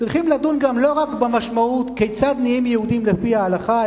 צריכים לדון גם לא רק במשמעות כיצד נהיים יהודים לפי ההלכה,